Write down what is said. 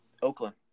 Oakland